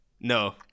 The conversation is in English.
No